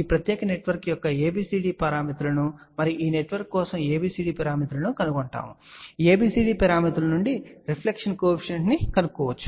ఈ ప్రత్యేక నెట్వర్క్ యొక్క ABCD పారామితులను మరియు ఈ నెట్వర్క్ కోసం ABCD పారామితులను కనుగొంటాము మరియు ABCD పారామితుల నుండి రిఫ్లెక్షన్ కోఎఫిషియంట్ ను కనుగొనవచ్చు